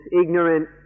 ignorant